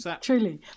truly